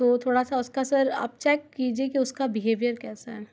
तो थोड़ा सा उसका सर आप चेक कीजिए कि उसका बिहेवियर कैसा है